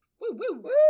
Woo-woo-woo